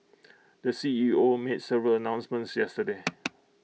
the C E O made several announcements yesterday